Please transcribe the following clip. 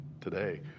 today